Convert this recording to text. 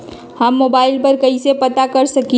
हम मोबाइल पर कईसे पता कर सकींले?